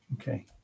okay